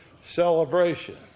celebration